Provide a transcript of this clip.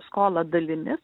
skolą dalimi